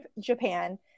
Japan